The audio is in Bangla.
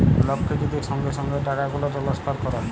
লককে যদি সঙ্গে সঙ্গে টাকাগুলা টেলেসফার ক্যরে